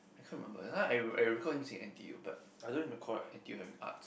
I can't remember that time I I recall seeing n_t_u but I don't recall n_t_u having arts